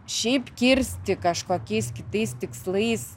šiaip kirsti kažkokiais kitais tikslais